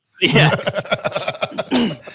yes